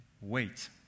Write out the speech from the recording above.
Wait